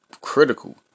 critical